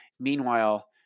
Meanwhile